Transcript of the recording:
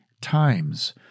times